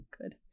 good